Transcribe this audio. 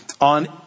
on